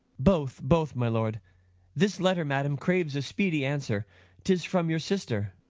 both, both, my lord this letter, madam, craves a speedy answer tis from your sister.